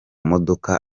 modoka